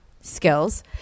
skills